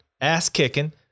ass-kicking